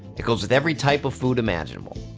it goes with every type of food imaginable.